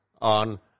on